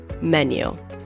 menu